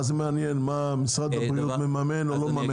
מה זה מעניין מה משרד הבריאות מממן או לא מממן?